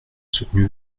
soutenu